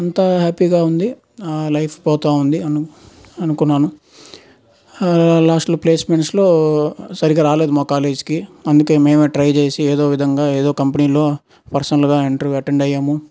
అంతా హ్యాపీగా ఉంది లైఫ్ పోతూ ఉంది అను అనుకున్నాను కానీ ఆ లాస్ట్లో ప్లేస్మెంట్లో సరిగ్గా రాలేదు మా కాలేజ్కి అందుకే మేమే ట్రై చేసి ఏదో ఒక విధంగా ఏదో కంపెనీలో పర్సనల్గా ఇంటర్వ్యూ అటెండ్ అయ్యాము